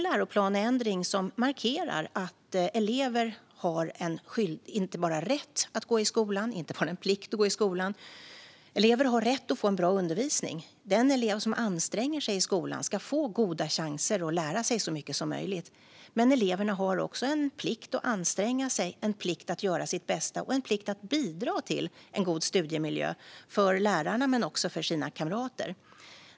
Läroplanändringen markerar att elever inte bara har en rätt och en plikt att gå i skolan, utan de har också rätt att få en bra undervisning. Den elev som anstränger sig i skolan ska få goda chanser att lära sig så mycket som möjligt. Eleverna har också en plikt att anstränga sig, göra sitt bästa och bidra till en god studiemiljö för lärarna men också för sina kamrater.